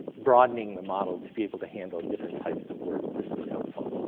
broadening the model to be able to handle different types of words, this is helpful.